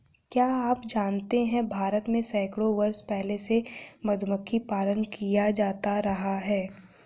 क्या आप जानते है भारत में सैकड़ों वर्ष पहले से मधुमक्खी पालन किया जाता रहा है?